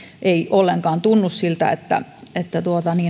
ei ollenkaan tunnu siltä että että